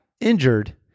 injured